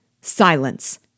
Silence